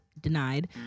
Denied